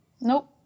nope